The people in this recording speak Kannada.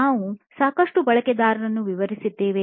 ನಾವು ಸಾಕಷ್ಟು ಬಳಕೆದಾರರನ್ನು ವಿವರಿಸಿದ್ದೇವೆ